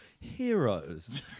Heroes